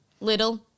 Little